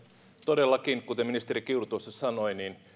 todellakin kuten ministeri kiuru tuossa sanoi